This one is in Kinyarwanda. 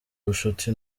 ubushuti